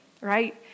Right